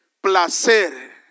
placer